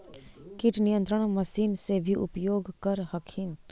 किट नियन्त्रण मशिन से भी उपयोग कर हखिन?